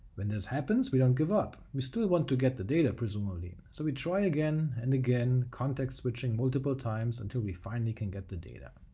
when this happens, we don't give up we still want to get the data, presumably, so we try again and again, context switching multiple times until we finally can get the data.